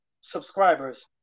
subscribers